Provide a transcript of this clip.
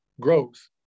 growth